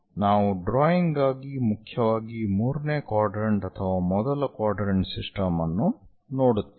ನಾವು ಡ್ರಾಯಿಂಗ್ ಗಾಗಿ ಮುಖ್ಯವಾಗಿ ಮೂರನೇ ಕ್ವಾಡ್ರೆಂಟ್ ಅಥವಾ ಮೊದಲ ಕ್ವಾಡ್ರೆಂಟ್ ಸಿಸ್ಟಮ್ ಅನ್ನು ನೋಡುತ್ತೇವೆ